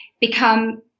become